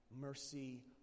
mercy